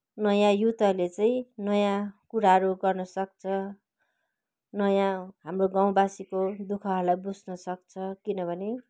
नयाँ युथहरूले चाहिँ नयाँ कुराहरू गर्नसक्छ नयाँ हाम्रो गाउँवासीको दुःखहरूलाई बुझ्नसक्छ किनभने